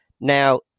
Now